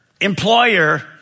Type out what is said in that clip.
employer